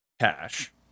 cash